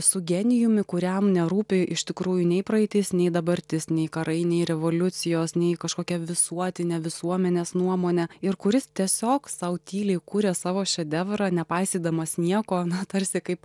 su genijumi kuriam nerūpi iš tikrųjų nei praeitis nei dabartis nei karai nei revoliucijos nei kažkokia visuotinė visuomenės nuomonė ir kuris tiesiog sau tyliai kuria savo šedevrą nepaisydamas nieko na tarsi kaip